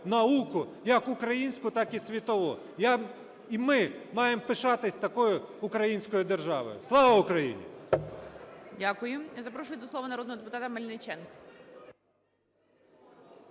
науку як українську, так і світову, я і ми маємо пишатися такою українською державою. Слава Україні! ГОЛОВУЮЧИЙ. Дякую. Запрошую до слова народного депутата Мельниченко.